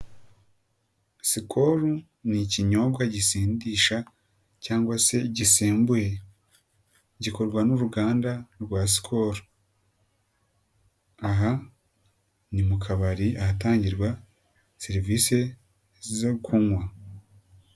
Skol ni ikinyobwa gisindisha cyangwa se gisembuye gikorwa n'uruganda rwa Skol, aha ni mu kabari ahatangirwa serivisi zo kunywa.